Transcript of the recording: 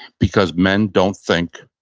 because men don't think